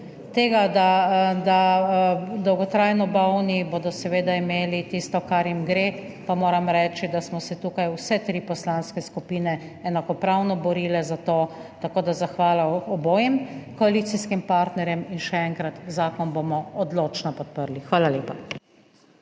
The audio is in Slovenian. tega, dolgotrajno bolni bodo seveda imeli tisto, kar jim gre. Moram reči, da smo se tukaj vse tri poslanske skupine enakopravno borile za to, tako da zahvala obema koalicijskima partnerjema. In še enkrat, zakon bomo odločno podprli. Hvala lepa.